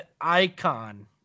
icon